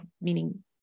meaning